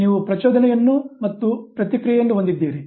ಆದ್ದರಿಂದ ನೀವು ಪ್ರಚೋದನೆಯನ್ನು ಮತ್ತು ಪ್ರತಿಕ್ರಿಯೆಯನ್ನು ಹೊಂದಿದ್ದೀರಿ